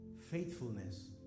faithfulness